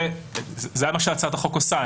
זה מה שהצעת החוק עושה.